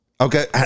Okay